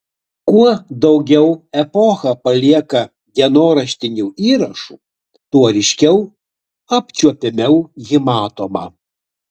kuo daugiau epocha palieka dienoraštinių įrašų tuo ryškiau apčiuopiamiau ji matoma